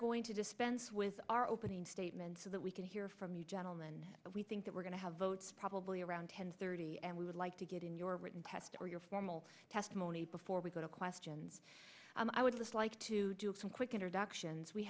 going to dispense with our opening statements so that we can hear from you gentleman we think that we're going to have votes probably around ten thirty and we would like to get in your written test or your formal testimony before we go to questions i would like to do some quick introductions we